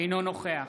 אינו נוכח